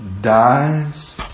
dies